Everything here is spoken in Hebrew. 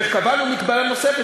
וקבענו מגבלה נוספת,